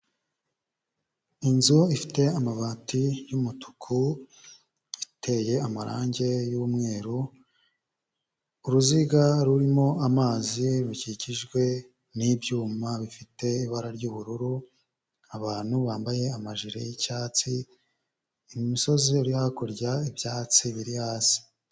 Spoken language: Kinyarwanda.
Inzu ifite amabati y'umutuku, iteye amarangi y'umweru, uruziga rurimo amazi rukikijwe n'ibyuma bifite ibara ry'ubururu, abantu bambaye amajire y'icyatsi, imisozi iri hakurya, ibyatsi biri hasi.